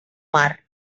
mar